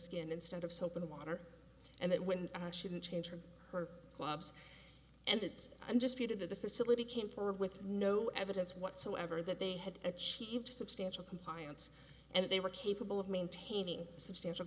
skin instead of soap and water and that women shouldn't change her her clubs and it just be to the facility camp or with no evidence whatsoever that they had achieved substantial compliance and they were capable of maintaining substantial